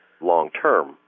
long-term